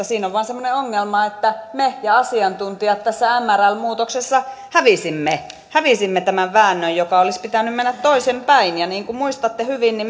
siinä on vain semmoinen ongelma että me ja asiantuntijat tässä mrl muutoksessa hävisimme hävisimme tämän väännön jonka olisi pitänyt mennä toisinpäin niin kuin muistatte hyvin